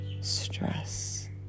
stress